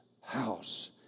house